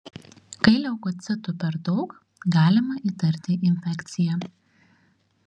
kai leukocitų per daug galima įtarti infekciją